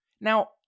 Now